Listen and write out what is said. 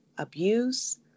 abuse